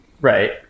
Right